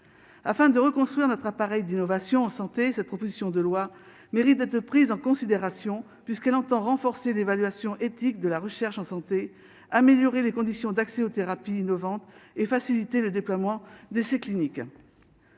afin de reconstruire notre appareil d'innovation en santé, cette proposition de loi mérite d'être prises en considération, puisqu'elle entend renforcer l'évaluation éthique de la recherche en santé, améliorer les conditions d'accès aux thérapies innovantes et faciliter le déploiement de ce cliniques,